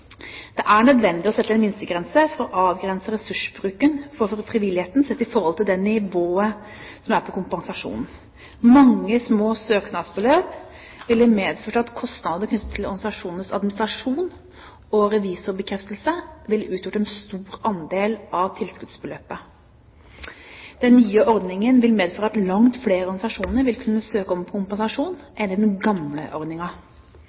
Det er nødvendig å sette en minstegrense for å avgrense ressursbruken for frivilligheten sett i forhold til nivået på kompensasjonen. Mange små søknadsbeløp ville medført at kostnadene knyttet til organisasjonenes administrasjon og revisorbekreftelser ville utgjort en for stor andel av tilskuddsbeløpet. Den nye ordningen vil medføre at langt flere organisasjoner vil kunne søke om